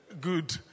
good